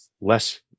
less